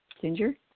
Ginger